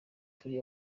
turi